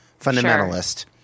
fundamentalist